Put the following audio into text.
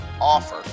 offer